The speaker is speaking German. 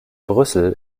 brüssel